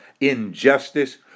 injustice